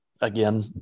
again